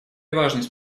важность